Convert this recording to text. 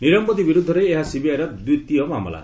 ନିରବ ମୋଦି ବିରୋଧରେ ଏହା ସିବିଆଇର ଦ୍ୱିତୀୟ ମାମଲା